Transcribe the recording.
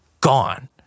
gone